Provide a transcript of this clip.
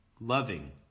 loving